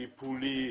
טיפולי.